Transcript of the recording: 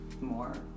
more